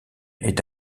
est